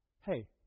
hey